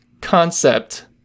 concept